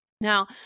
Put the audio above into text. Now